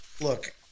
look